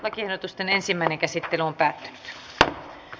lakiehdotusten ensimmäinen käsittely päättyi